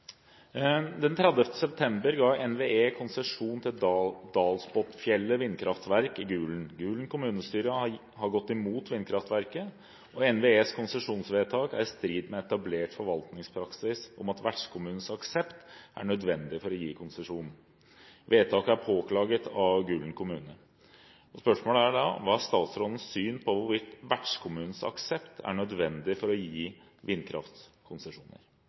september gav NVE konsesjon til Dalsbotnfjellet vindkraftverk i Gulen. Gulen kommunestyre har gått imot vindkraftverket, og NVEs konsesjonsvedtak er i strid med etablert forvaltningspraksis om at vertskommunens aksept er nødvendig for å gi konsesjon. Vedtaket er påklaget av Gulen kommune. Hva er statsrådens syn på hvorvidt vertskommunens aksept er nødvendig for å gi